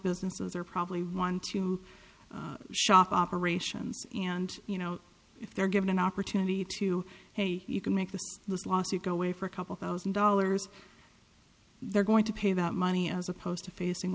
businesses are probably run to shop operations and you know if they're given an opportunity to say you can make the lawsuit go away for a couple thousand dollars they're going to pay that money as opposed to facing